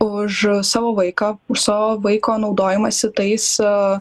už savo vaiką už savo vaiko naudojimąsi tais